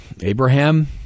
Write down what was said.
Abraham